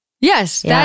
yes